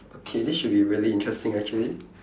okay this should be really interesting actually